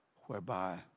whereby